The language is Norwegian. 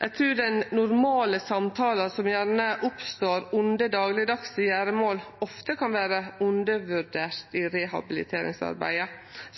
Eg trur den normale samtala som gjerne oppstår under daglegdagse gjeremål, ofte kan vere undervurdert i rehabiliteringsarbeidet.